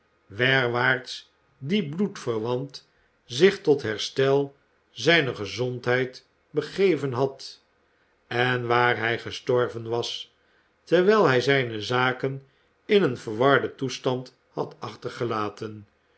werwaarts die bloedverwant zich tot herstel zijner gezondheid begeven had en waar hij gestorven was terwijl hij zijne zaken in een verwarden toestand had achtergelaten